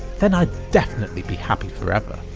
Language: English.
then i'd definitely be happy for ever.